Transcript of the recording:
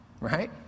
Right